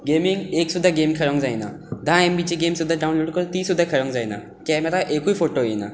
गॅमीन एक सुद्दां गॅम खेळूंक जायना धा एम बी ची गॅम डाउनलोड कर ती सुद्दां खेळूंक जायना कॅमेरार एकूय फोटो येना